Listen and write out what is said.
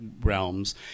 realms